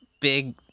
big